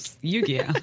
Yu-Gi-Oh